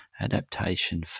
adaptation